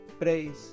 Praise